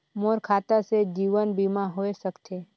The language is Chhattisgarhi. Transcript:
मोर खाता से जीवन बीमा होए सकथे?